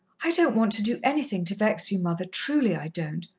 i don't want to do anything to vex you, mother, truly, i don't,